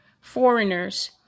foreigners